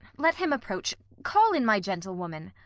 let him approach. call in my gentlewoman.